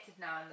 now